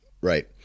Right